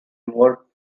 more